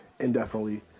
Indefinitely